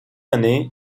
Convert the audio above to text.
année